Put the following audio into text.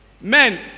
Men